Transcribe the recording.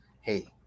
hey